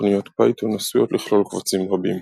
תוכניות פייתון עשויות לכלול קבצים רבים.